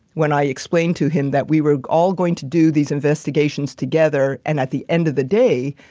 when i explained to him that we were all going to do these investigations together, and at the end of the day,